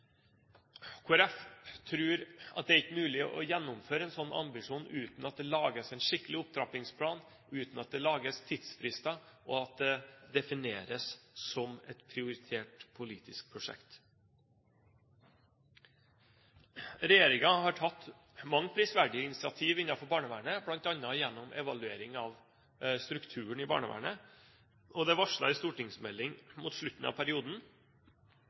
ikke det er mulig å gjennomføre en slik ambisjon uten at det lages en skikkelig opptrappingsplan, uten at det lages tidsfrister, og uten at det defineres som et prioritert politisk prosjekt. Regjeringen har tatt mange prisverdige initiativ innenfor barnevernet, bl.a. gjennom evaluering av strukturen i barnevernet. Det er varslet en stortingsmelding mot slutten av perioden